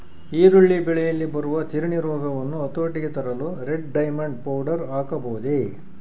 ಈರುಳ್ಳಿ ಬೆಳೆಯಲ್ಲಿ ಬರುವ ತಿರಣಿ ರೋಗವನ್ನು ಹತೋಟಿಗೆ ತರಲು ರೆಡ್ ಡೈಮಂಡ್ ಪೌಡರ್ ಹಾಕಬಹುದೇ?